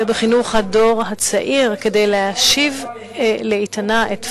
בחינוך הדור הצעיר כדי להשיב לאיתנה את פלסטין.